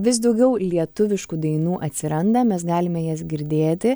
vis daugiau lietuviškų dainų atsiranda mes galime jas girdėti